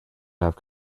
have